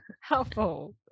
helpful